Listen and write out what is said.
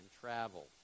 travel